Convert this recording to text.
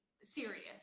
serious